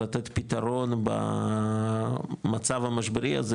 לתת פתרון במצב המשברי הזה,